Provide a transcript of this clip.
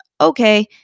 okay